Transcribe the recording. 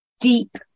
deep